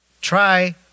try